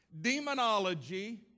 demonology